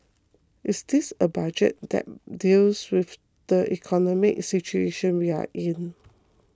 is this a Budget that deals with the economic situation we are in